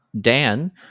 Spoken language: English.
Dan